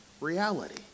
reality